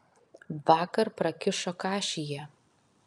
vakar prakišo kašį jie